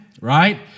Right